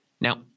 Now